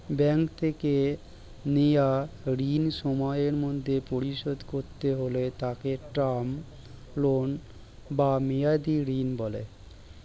bank থেকে নেওয়া ঋণ সময়ের মধ্যে পরিশোধ করতে হলে তাকে টার্ম লোন বা মেয়াদী ঋণ বলে